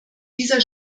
dieser